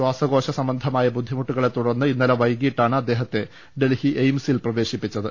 ശ്വാസകോശ സംബന്ധമായ ബുദ്ധിമുട്ടു കളെ തുടർന്ന് ഇന്നലെ വൈകീട്ടാണ് അദ്ദേഹത്തെ ഡൽഹി എയിംസിൽ പ്രവേശിപ്പിച്ചത്